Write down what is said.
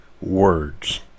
words